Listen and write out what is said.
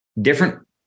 different